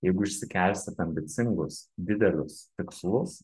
jeigu išsikelsit ambicingus didelius tikslus